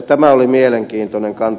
tämä oli mielenkiintoinen kanta